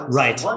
right